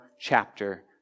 chapter